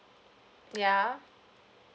ya